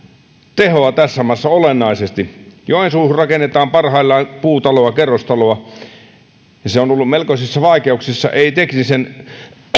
tehoa tässä maassa olennaisesti joensuuhun rakennetaan parhaillaan puutaloa kerrostaloa ja se on ollut melkoisissa vaikeuksissa ei teknisen